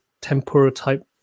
tempura-type